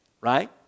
right